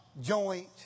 joint